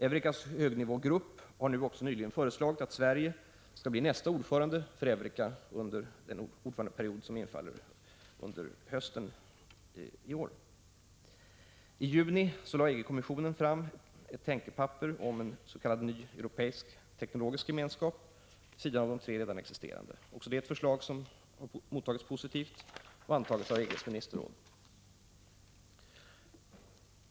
Eurekas högnivågrupp har också nyligen föreslagit att Sverige skall bli nästa ordförande för Eureka under den ordförandeperiod som infaller under hösten i år. I juni lade EG-kommissionen fram ett tänkepapper om en s.k. ny europeisk teknologisk gemenskap vid sidan om de tre redan existerande, också det ett förslag som har mottagits positivt och antagits av EG:s ministerråd.